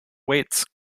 weights